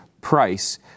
price